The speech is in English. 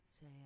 say